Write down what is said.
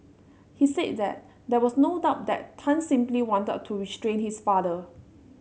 he said that there was no doubt that Tan simply wanted to restrain his father